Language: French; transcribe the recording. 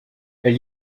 elle